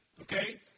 okay